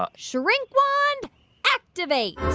ah shrink wand activate